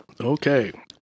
Okay